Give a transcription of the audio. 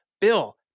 Bill